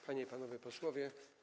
Panie i Panowie Posłowie!